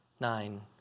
nine